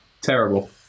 terrible